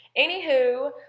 Anywho